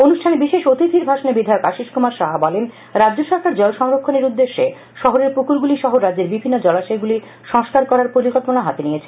অনুষ্ঠানে বিশেষ অতিথির ভাষণে বিধায়ক আশীষ কুমার সাহা বলেন রাজ্য সরকার জল সংরক্ষণের উদ্দেশ্যে শহরের পুকুরগুলি সহ রাজ্যের বিভিন্ন জলাশয়গুলি সংস্কার করার পরিকল্পনা হাতে নিয়েছে